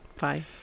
Bye